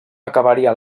acabaria